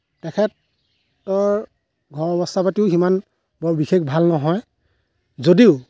তেখেতৰ ঘৰ অৱস্থা পাতিও সিমান বৰ বিশেষ ভাল নহয় যদিও